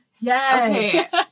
Yes